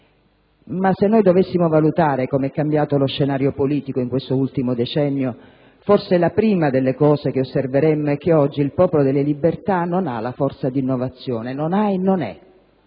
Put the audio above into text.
Ma se dovessimo valutare come è cambiato lo scenario politico in questo ultimo decennio, forse la prima delle cose che osserveremmo è che oggi il Popolo della Libertà non ha la forza dell'innovazione. Non ha e non è